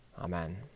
Amen